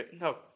No